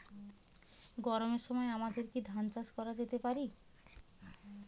গরমের সময় আমাদের কি ধান চাষ করা যেতে পারি?